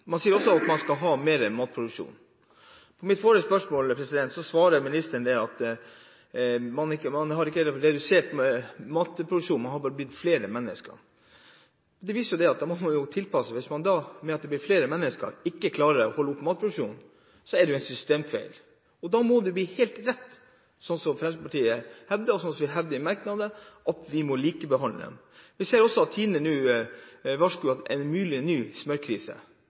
ikke har redusert matproduksjonen, man har bare blitt flere mennesker. Det viser jo at da må man tilpasse. Hvis man mener at det blir flere mennesker, men at man ikke klarer å holde oppe matproduksjonen, er det jo en systemfeil. Da må det bli helt rett sånn som Fremskrittspartiet hevder i merknadene, at vi må likebehandle dem. Vi ser at Tine nå roper varsku om en mulig ny smørkrise.